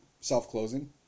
self-closing